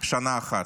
שנה אחת,